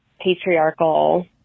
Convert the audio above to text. patriarchal